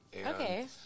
Okay